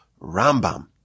Rambam